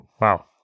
wow